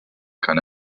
keine